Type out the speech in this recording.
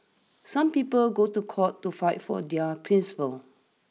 some people go to court to fight for their principles